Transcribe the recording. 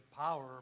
power